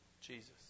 Jesus